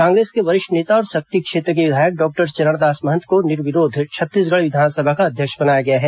कांग्रेस के वरिष्ठ नेता और सक्ती क्षेत्र के विधायक डॉक्टर चरणदास महंत को निर्विरोध छत्तीसगढ़ विधानसभा का अध्यक्ष बनाया गया है